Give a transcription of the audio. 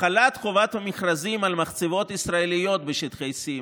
החלת חובת המכרזים על מחצבות ישראליות בשטחי C,